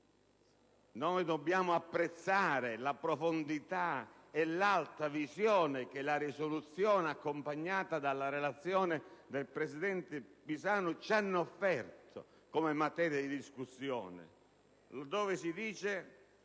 come dobbiamo apprezzare la profondità e l'alta visione che la risoluzione, accompagnata dalla relazione del presidente Pisanu, ci hanno offerto come materia di discussione, laddove si dice